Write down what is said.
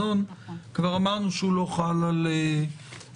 כבר אמרנו שהוא לא חל על חדרי